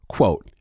Quote